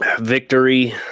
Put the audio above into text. Victory